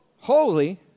Holy